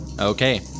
Okay